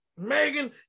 Megan